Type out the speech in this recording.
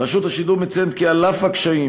רשות השידור מציינת כי על אף הקשיים